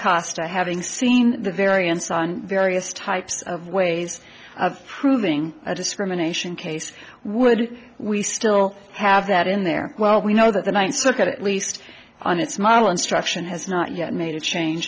or having seen the variance on various types of ways of proving a discrimination case would we still have that in there while we know that the ninth circuit at least on its model instruction has not yet made a change